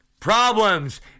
problems